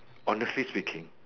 honestly speaking